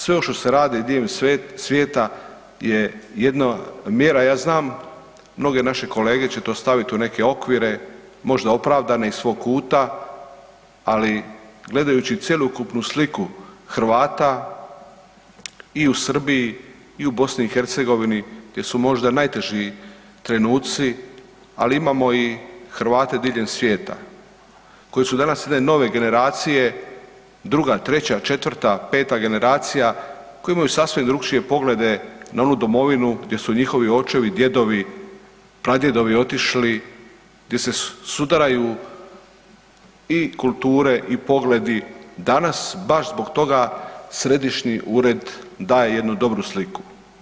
Sve ovo što se radi diljem svijeta je jedna mjera ja znam mnoge naše kolege će to staviti u neke okvire možda opravdane iz svog kuta, ali gledajući cjelokupnu sliku Hrvata i u Srbiji i u BiH gdje su možda najteži trenuci, ali imamo i Hrvate diljem svijeta koji su danas jedne nove generacije, druga, treća, četvrta, peta generacija koji imaju sasvim drukčije poglede na onu domovinu gdje su njihovi očevi, djedovi, pradjedovi otišli, gdje se sudaraju i kulture i pogledi, danas baš zbog toga središnji ured daje jednu dobru sliku.